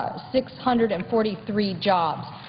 six hundred and forty three jobs.